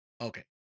Okay